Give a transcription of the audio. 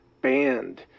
banned